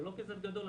זה לא כסף גדול.